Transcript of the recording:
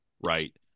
right